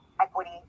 equity